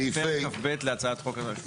פרק כ"ב להצעת חוק התוכנית הכלכלית.